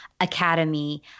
Academy